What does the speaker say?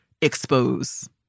expose